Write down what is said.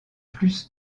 plus